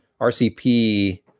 RCP